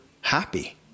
happy